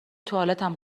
توالتم